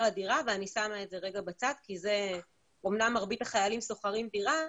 הדירה ואני שמה את זה רגע בצד כי אמנם מרבית החיילים שוכרים דירה,